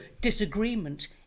disagreement